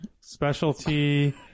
Specialty